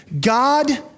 God